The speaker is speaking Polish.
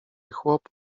chłop